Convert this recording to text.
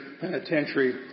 Penitentiary